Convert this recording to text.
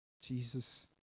Jesus